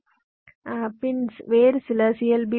B பின்ஸ்சை வேறு சில சி